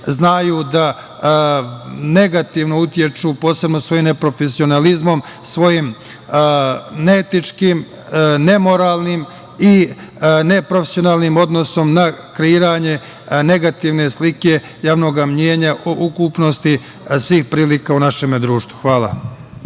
znaju da negativno utiču, posebno svojim neprofesionalizmom, svojim neetičkim, nemoralnim i neprofesionalnim odnosom na kreiranje negativne slike javnoga mnjenja o ukupnosti svih prilika u našem društvu. Hvala.